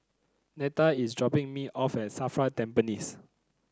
Neta is dropping me off at Safra Tampines